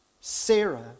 sarah